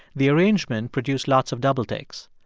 the arrangement produced lots of double takes.